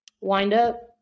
wind-up